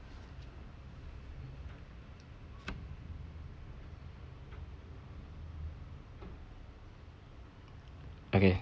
okay